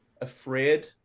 afraid